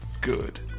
good